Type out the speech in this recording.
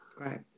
Right